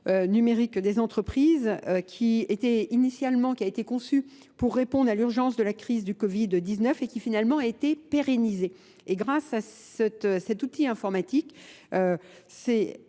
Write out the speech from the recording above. numérique des entreprises, qui a été conçu pour répondre à l'urgence de la crise du Covid-19 et qui finalement a été pérennisé. Et grâce à cet outil informatique,